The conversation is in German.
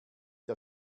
der